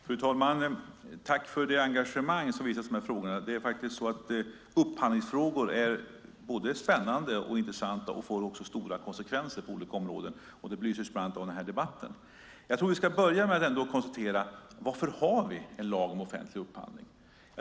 Fru talman! Tack för det engagemang som visas i frågorna! Upphandlingsfrågor är spännande och intressanta och får stora konsekvenser på olika områden. Det belyses bland annat av den här debatten. Vi ska börja med att konstatera varför vi har en lag om offentlig upphandling.